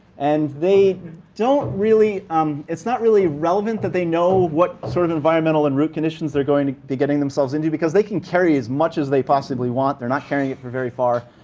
and they don't really um it's not really relevant that they know what sort of environmental and route conditions they're going to be getting themselves into because they can carry as much as they possibly want. they're not carrying it for very far.